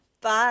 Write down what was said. Bye